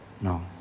No